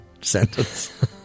sentence